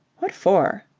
what for?